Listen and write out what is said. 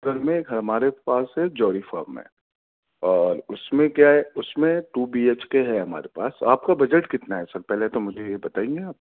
اصل میں ایک ہمارے پاس ہے جوہری فارم میں اور اس میں کیا ہے اس میں ٹو بی ایچ کے ہے ہمارے پاس آپ کا بجٹ کتنا ہے سر پہلے تو مجھے یہ بتائیے آپ